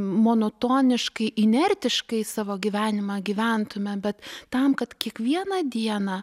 monotoniškai inertiškai savo gyvenimą gyventume bet tam kad kiekvieną dieną